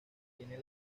tiene